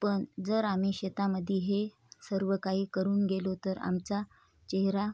पण जर आम्ही शेतामध्ये हे सर्व काही करून गेलो तर आमचा चेहरा